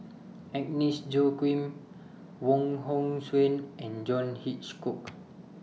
Agnes Joaquim Wong Hong Suen and John Hitchcock